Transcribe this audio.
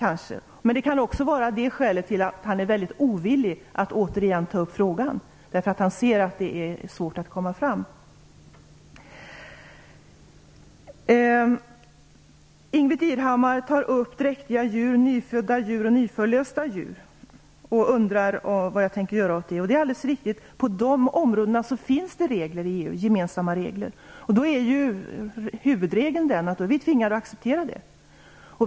Det kan i och för sig vara ett skäl till att han är ovillig att ta upp frågan igen, därför att han ser att det är svårt att nå ett resultat. Ingbritt Irhammar tog upp förslaget om dräktiga, nyfödda och nyförlösta djur och undrade vad jag tänker göra åt det. Det är helt riktigt att det på de områdena finns gemensamma regler i EU. Huvudregeln är den att vi är tvingade att acceptera det.